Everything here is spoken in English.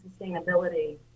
sustainability